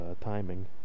timing